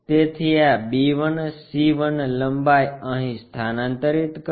તેથી આ b 1 c 1 લંબાઈ અહીં સ્થાનાંતરિત કરો